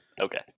Okay